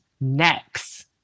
next